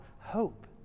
hope